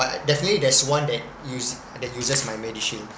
definitely there's one that use that uses my medishield